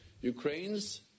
Ukraine's